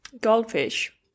Goldfish